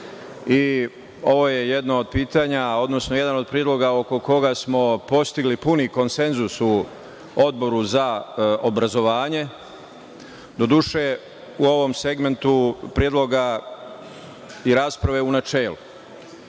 odnosno jedan od predloga oko koga smo postigli puni konsenzus u Odboru za obrazovanje, doduše u ovom segmentu predloga i rasprave u načelu. Ono